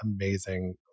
amazing